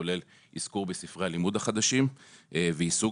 כולל אזכור בספרי הלימוד החדשים ועיסוק